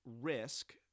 risk